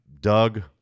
Doug